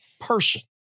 person